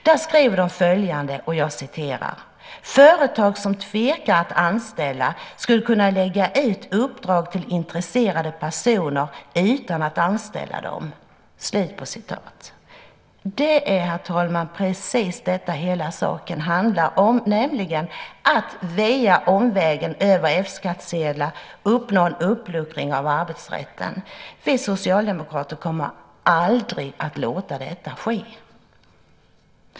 Där skriver de följande: Företag som tvekar att anställa skulle kunna lägga ut uppdrag till intresserade personer utan att anställa dem. Det är, herr talman, precis detta hela saken handlar om, nämligen att via omvägen över F-skattsedlar uppnå en uppluckring av arbetsrätten. Vi socialdemokrater kommer aldrig att låta detta ske.